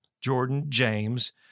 Jordan-James